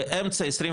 באמצע 21,